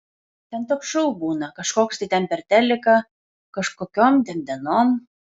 ten toks šou būna kažkoks tai ten per teliką kažkokiom ten dienom